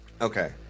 Okay